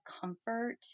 comfort